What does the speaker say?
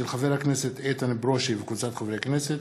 של חבר הכנסת איתן ברושי וקבוצת חברי הכנסת,